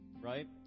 Right